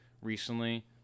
Recently